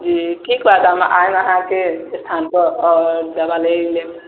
जी हम आयब अहाँके ठाम पर और दबाइ ले लेब